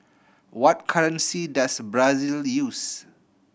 what currency does Brazil use